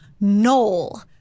Noel